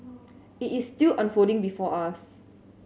it is still unfolding before us